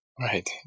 Right